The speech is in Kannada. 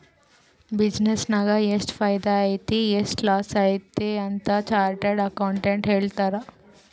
ಬಿಸಿನ್ನೆಸ್ ನಾಗ್ ಎಷ್ಟ ಫೈದಾ ಆಯ್ತು ಎಷ್ಟ ಲಾಸ್ ಆಯ್ತು ಅಂತ್ ಚಾರ್ಟರ್ಡ್ ಅಕೌಂಟೆಂಟ್ ಹೇಳ್ತಾರ್